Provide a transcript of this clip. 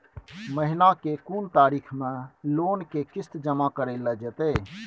महीना के कोन तारीख मे लोन के किस्त जमा कैल जेतै?